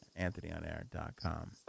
Anthonyonair.com